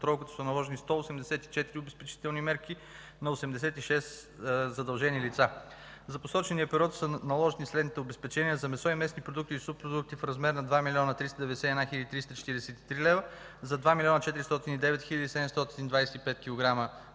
са наложени 184 обезпечения на 86 задължени лица. За посочения период са наложени следните обезпечения: – за месо, месни продукти и субпродукти – в размер на 2 млн. 391 хил. 334 лв. за 2 млн. 409 хил. 725 кг.